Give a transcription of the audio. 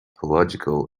topological